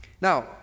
Now